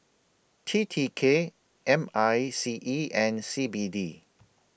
T T K M I C E and C B D